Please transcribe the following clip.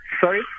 Sorry